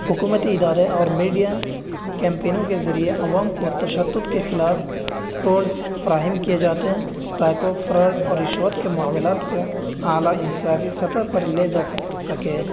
حکومتی ادارے اور میڈیا کیمپینوں کے ذریعے عوام کو تشدد کے خلاف ٹورس فراہم کیے جاتے ہیں تاکہ وہ فراڈ اور رشوت کے معاملات کو اعلیٰ انسانی سطح پر لے جا سکیں